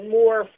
more